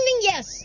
yes